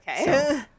Okay